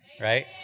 right